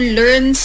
learn